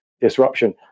disruption